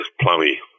plummy